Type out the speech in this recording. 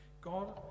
God